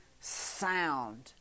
sound